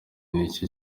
nicyo